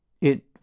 It